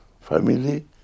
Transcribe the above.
family